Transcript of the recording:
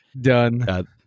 Done